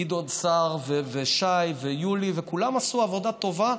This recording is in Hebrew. גדעון סער ושי ויולי, כולם עשו עבודה טובה.